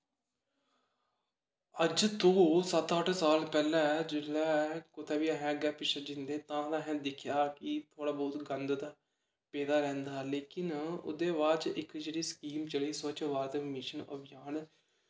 अज्ज तो सत्त अट्ठ साल पैह्ले जिसलै कुतै बी असें अग्गें पिच्छें जंदे हे तां गै असें दिक्खेआ कि थोह्ड़ा बहोत गंद ते पेदा रैहंदा ऐ लेकिन ओह्दे बाद च इक जेह्ड़ी स्कीम चली स्वच्छ भारत मिशन अभियान